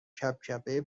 کبکبه